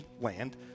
land